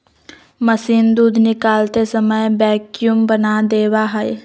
machine दूध निकालते समय वैक्यूम बना देवा हई